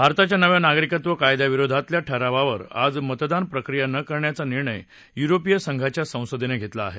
भारताच्या नव्या नागरिकत्व कायद्याविरोधातल्या ठरावावर आज मतदान प्रक्रिया न करण्याचा निर्णय युरोपीय संघाच्या संसदेनं घेतला आहे